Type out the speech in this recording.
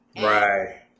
right